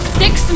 six